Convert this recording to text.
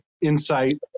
insight